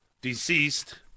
deceased